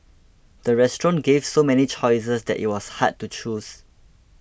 the restaurant gave so many choices that it was hard to choose